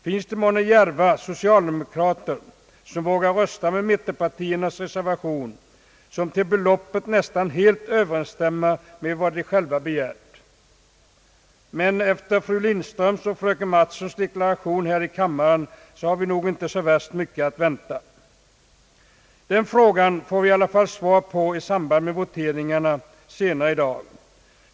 Finns det månne djärva socialdemokrater som vågar rösta med mittenpartiernas reservation, vilken till beloppet nästan helt överensstämmer med vad de själva begär? Efter fru Lindströms och fröken Mattsons deklarationer här i kammaren har vi väl inte så värst mycket att vänta därvidlag — den frågan får vi i alla fall svar på vid voteringarna senare i dag.